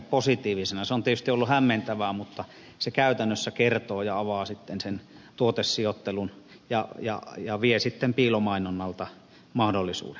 se on tietysti ollut hämmentävää mutta se käytännössä kertoo ja avaa sitten sen tuotesijoittelun ja vie piilomainonnalta mahdollisuuden